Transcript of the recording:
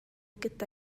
gyda